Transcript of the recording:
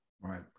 Right